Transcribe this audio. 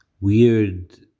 weird